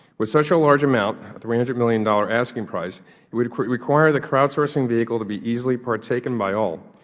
with such a large amount, a three hundred million dollars asking price it would require the crowd sourcing vehicle to be easily partaken by all,